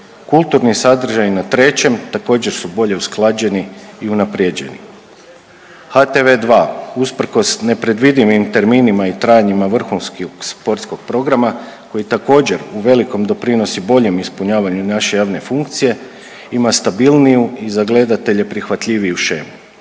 Kulturni sadržaji na 3 također su bolje usklađeni i unaprijeđeni. HTV2 usprkos nepredvidivim terminima i trajanjima vrhunskog sportskog programa koji također u velikom doprinosi boljem ispunjavanju naše javne funkcije ima stabilniju i za gledatelje prihvatljiviju shemu.